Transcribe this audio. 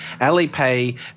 Alipay